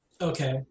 Okay